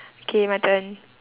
okay my turn